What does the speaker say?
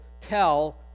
tell